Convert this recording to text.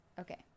okay